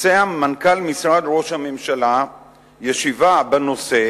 קיים מנכ"ל משרד ראש הממשלה ישיבה בנושא